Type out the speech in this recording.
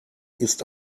ist